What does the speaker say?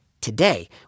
Today